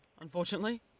unfortunately